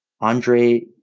Andre